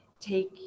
take